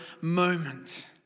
moment